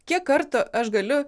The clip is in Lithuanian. kiek kartų aš galiu